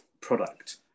product